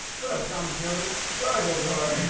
what up shaman shinobi sorry i'll draw